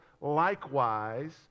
likewise